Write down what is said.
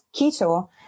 keto